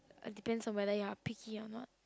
depends on whether you are picky or not